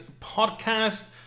podcast